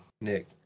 Nick